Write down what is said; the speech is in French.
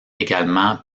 également